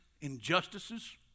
injustices